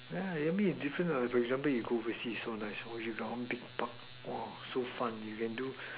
yeah I mean it's different lah for example you go overseas so nice you got one big part !wah! so fun you can do